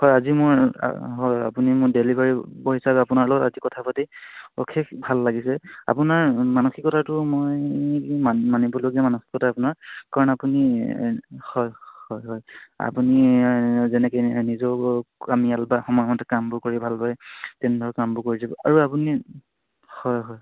হয় আজি মোৰ হয় আপুনি মোৰ ডেলিভাৰী বয় হিচাপে আপোনাৰ লগত আজি কথা পাতি অশেষ ভাল লাগিছে আপোনাৰ মানসিকতাটো মই মানিবলগীয়া মানসিকতা আপোনাৰ কাৰণ আপুনি হয় হয় হয় আপুনি যেনেকে নিজেও কামিয়াল বা সময়মতে কামবোৰ কৰি ভাল পায় তেনেধৰণে কামবোৰ কৰি যাব আৰু আপুনি হয় হয়